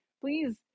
please